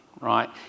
Right